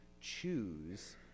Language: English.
choose